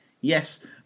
Yes